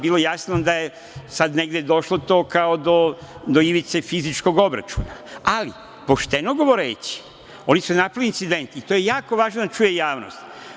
Bilo je jasno da je to došlo kao do ivice fizičkog obračuna, ali, pošteno govoreći, oni su napravili incident i to je jako važno da čuje javnost.